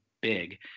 big